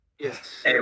yes